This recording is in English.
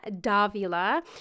Davila